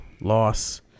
loss